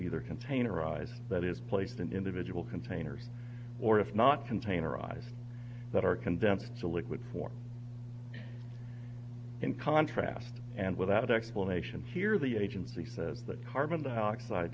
either containerized that is placed in individual containers or if not containerized that are condemned to a liquid form in contrast and without explanation here the agency says that carbon dioxide